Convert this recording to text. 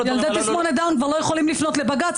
ילדי תסמונת דאון כבר לא יכולים לפנות לבג"ץ,